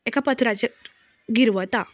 एका पत्राचेर गिरवता